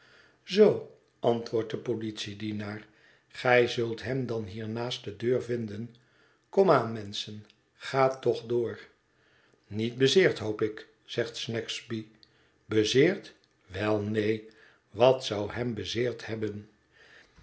zoo antwoordt de politiedienaar gij zult hem dan hier naast de deur vinden kom aan menschen gaat toch door niet bezeerd hoop ik zegt snagsby bezeerd wel neen wat zou hem bezeerd hebben